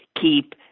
keep